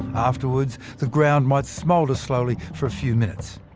afterwards the ground might smoulder slowly for a few minutes.